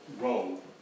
role